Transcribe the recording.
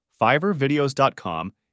fiverrvideos.com